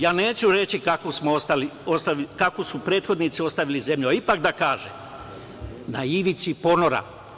Ja neću reći kako su prethodnici ostavili zemlju, ali ipak da kažem - na ivici ponora.